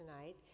tonight